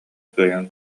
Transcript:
кыайан